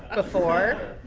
ah before